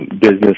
Business